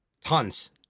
tons